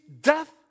death